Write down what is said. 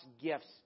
gifts